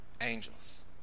angels